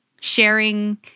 sharing